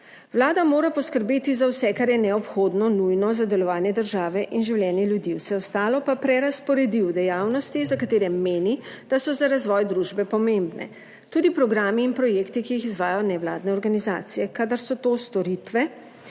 Vlada mora poskrbeti za vse, kar je neobhodno nujno za delovanje države in življenje ljudi, vse ostalo pa prerazporedi v dejavnosti za katere meni, da so za razvoj družbe pomembne. Tudi programi in projekti, ki jih izvajajo nevladne organizacije, kadar so to storitve,